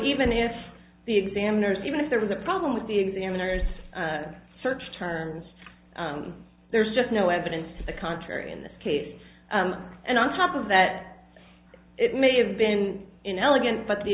even if the examiners even if there was a problem with the examiners search terms there's just no evidence to the contrary in this case and on top of that it may have been inelegant but the